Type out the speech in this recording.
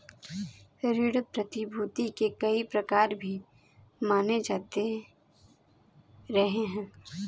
ऋण प्रतिभूती के कई प्रकार भी माने जाते रहे हैं